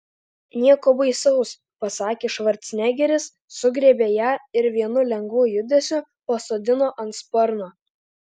nieko baisaus pasakė švarcnegeris sugriebė ją ir vienu lengvu judesiu pasodino ant sparno